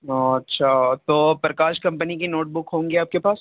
اچھا تو پرکاش کمپنی کی نوٹ بک ہوں گی آپ کے پاس